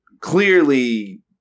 clearly